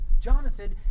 Jonathan